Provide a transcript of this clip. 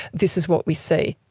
this is what we see.